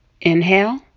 inhale